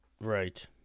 right